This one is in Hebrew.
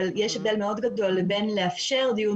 אבל יש הבדל גדול מאוד בין לאפשר דיון